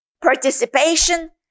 participation